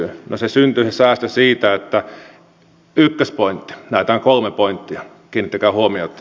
no se säästö syntyy näistä näitä on kolme pointtia kiinnittäkää huomiota